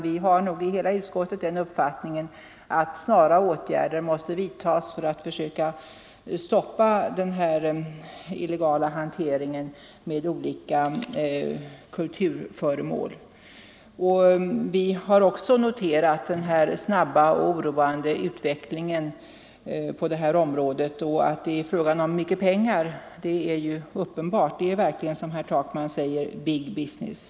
Vi har nog i hela utskottet den uppfattningen att man måste vidta snara åtgärder för att försöka stoppa den illegala hanteringen med olika kulturföremål. Vi har också noterat den snabba och oroande utvecklingen på detta område. Att det är fråga om mycket pengar är ju uppenbart. Det är verkligen, som herr Takman säger, ”big business”.